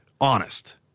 honest